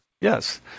Yes